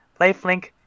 Lifelink